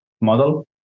model